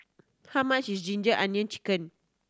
how much is ginger onion chicken